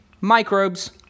microbes